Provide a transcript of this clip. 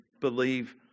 believe